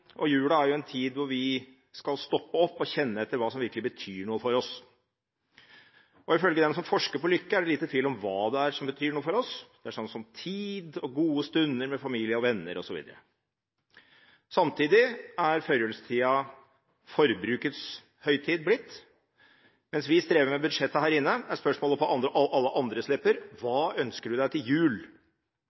og jula er en tid hvor vi skal stoppe opp og kjenne etter hva som virkelig betyr noe for oss. Ifølge dem som forsker på lykke, er det lite tvil om hva det er som betyr noe for oss. Det er sånn som tid og gode stunder med familie og venner osv. Samtidig er førjulstida blitt forbrukets høytid. Mens vi strever med budsjettet her inne, er spørsmålet på alle andres lepper: Hva ønsker du deg til jul?